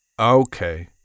Okay